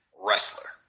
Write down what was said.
wrestler